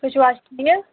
تُہۍ چھُو حظ ٹھیٖک